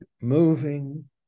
moving